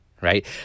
right